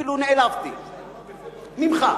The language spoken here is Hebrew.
אפילו נעלבתי ממך.